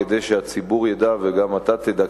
כדי שהציבור ידע וגם אתה תדע,